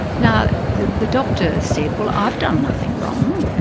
now the doctor said, well i've done nothing wrong,